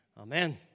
Amen